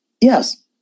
yes